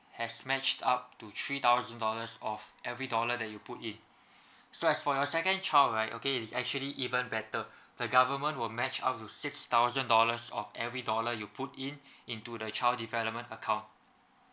has matched up to three thousand dollars of every dollar that you put in so as for your second child right okay is actually even better the government will match up to six thousand dollars of every dollar you put in into the child development account